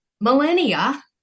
millennia